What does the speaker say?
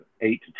eight